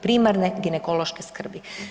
Primarne ginekološke skrbi.